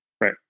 Right